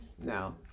no